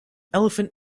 elephant